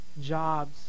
jobs